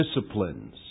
disciplines